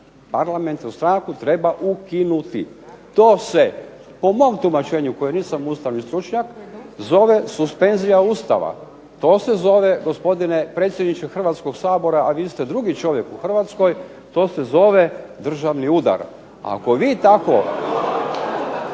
parlamentarnu stranku treba ukinuti. To se po mom tumačenju, koji nisam ustavni stručnjak, zove suspenzija Ustava. To se zove gospodine predsjedniče Hrvatskog sabora, a vi ste drugi čovjek u Hrvatskoj, to se zove državni udar. Ako vi tako.